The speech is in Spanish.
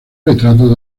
retratos